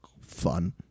fun